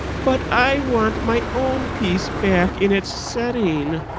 but i want my own piece back in its setting